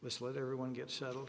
let's let everyone get settled